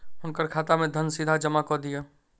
हुनकर खाता में धन सीधा जमा कअ दिअ